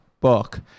book